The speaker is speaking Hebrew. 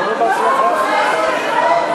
עבודתם של צדיקים נעשית בידי אחרים.